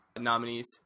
nominees